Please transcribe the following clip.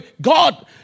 God